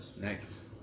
Next